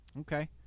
Okay